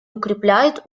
укрепляют